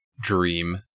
Dream